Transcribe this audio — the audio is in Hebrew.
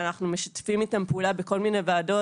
ואנו משתפים איתם פעולה בכל מיני ועדות